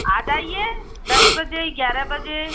आ जाइए दस बजे ग्यारह बजे